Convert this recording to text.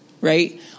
right